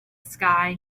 sky